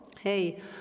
Hey